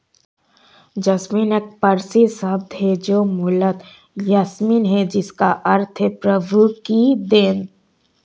jasmine एक पारसी शब्द है जो मूलतः यासमीन है जिसका अर्थ है प्रभु की देन